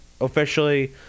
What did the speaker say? officially